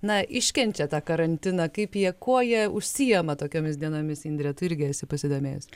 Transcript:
na iškenčia tą karantiną kaip jie kuo jie užsiema tokiomis dienomis indre tu irgi esi pasidomėjus